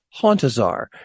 Hauntazar